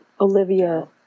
Olivia